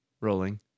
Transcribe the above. Rolling